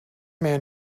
man